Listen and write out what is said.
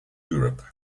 europe